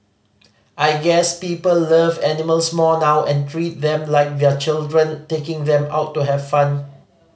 I guess people love animals more now and treat them like their children taking them out to have fun